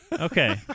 Okay